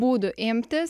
būdų imtis